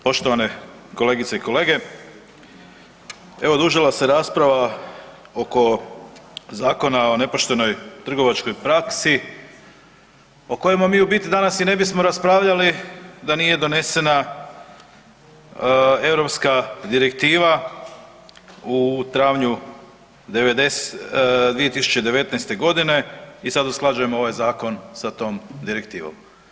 Poštovane kolegice i kolege, evo odužila se rasprava oko Zakona o nepoštenoj trgovačkoj praksi o kojima mi u biti i danas ne bismo raspravljali da nije donesena europska direktiva u travnju 2019. godine i sad usklađujemo ovaj zakon sa tom direktivom.